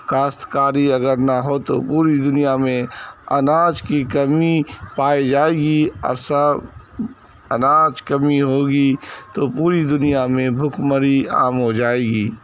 کاشت کاری اگر نہ ہو تو پوری دنیا میں اناج کی کمی پائی جائے گی اور سب اناج کمی ہوگی تو پوری دنیا میں بھوک مری عام ہو جائے گی